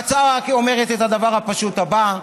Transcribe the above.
וההצעה אומרת את הדבר הפשוט הבא,